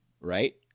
right